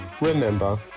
Remember